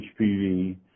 HPV